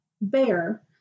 Bear